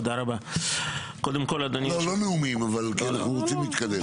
רק לא נאומים, כי אני רוצה להתקדם.